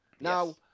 Now